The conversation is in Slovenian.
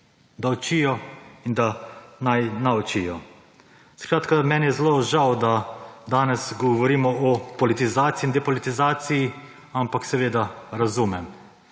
da učijo in da naj naučijo. Skratka meni je zelo žal, da danes govorimo o politizaciji in depolitizaciji, ampak seveda razumem.